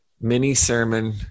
mini-sermon